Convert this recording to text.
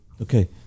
Okay